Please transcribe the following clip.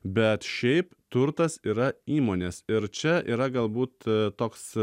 bet šiaip turtas yra įmonės ir čia yra galbūt toks